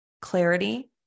clarity